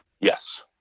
Yes